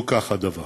לא כך הדבר.